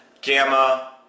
gamma